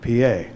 PA